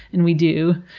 and we do.